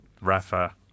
Rafa